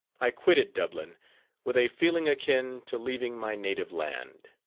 i quitted dublin with a feeling akin to leaving my native land.